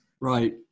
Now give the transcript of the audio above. Right